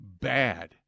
bad